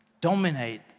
dominate